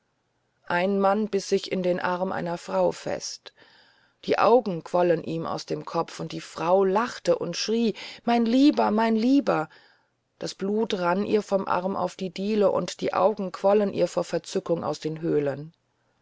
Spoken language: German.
ein mann biß sich in den arm einer frau fest die augen quollen ihm aus dem kopf und die frau lachte und schrie mein lieber mein lieber das blut rann ihr vom arm auf die diele und die augen quollen ihr vor verzückung aus den höhlen